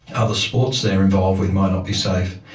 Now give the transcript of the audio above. other sports they are involved with might not be safe,